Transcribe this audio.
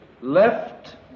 left